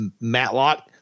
Matlock